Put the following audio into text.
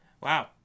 Wow